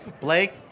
Blake